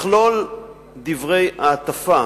מכלול דברי ההטפה